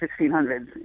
1600s